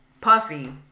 Puffy